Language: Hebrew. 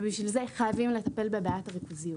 ובשביל זה חייבים לטפל בבעיית הריכוזיות.